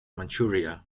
manchuria